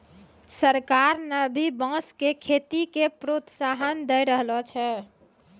सरकार न भी बांस के खेती के प्रोत्साहन दै रहलो छै